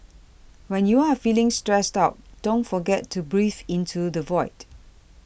when you are feeling stressed out don't forget to breathe into the void